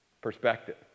Perspective